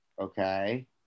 Okay